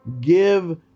Give